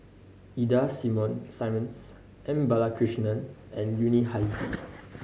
Ida Simmons M Balakrishnan and Yuni Hadi